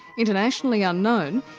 internationally unknown,